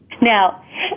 Now